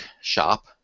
shop